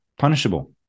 punishable